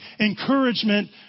encouragement